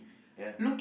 ya